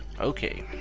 okay,